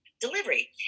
delivery